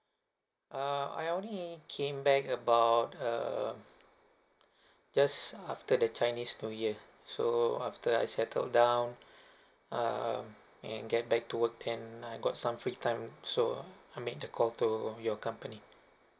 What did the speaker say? uh I only I came back about err just after the chinese new year so after I settled down um and get back to work then I got some free time so I made the call to your company